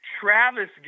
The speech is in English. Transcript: Travis